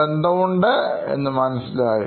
ബന്ധമുണ്ട് എന്ന് മനസ്സിലായി